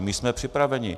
My jsme připraveni.